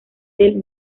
del